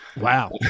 Wow